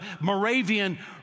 Moravian